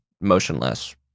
motionless